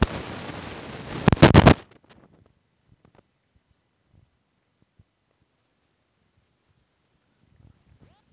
organic সার বা fertiliser হতিছে যেইটো প্রাকৃতিক জিনিস দিয়া বানানো হতিছে